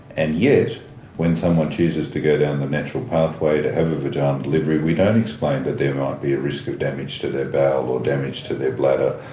and yet when someone chooses to go down the natural pathway to have a vaginal delivery we don't explain that there might be a risk of damage to their bowel or damage to their bladder,